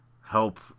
help